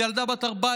שמו ילדה בת 14